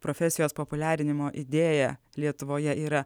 profesijos populiarinimo idėja lietuvoje yra